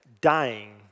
Dying